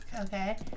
Okay